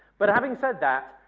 but having said that,